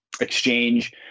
exchange